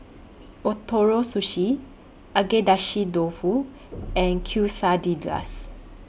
Ootoro Sushi Agedashi Dofu and Quesadillas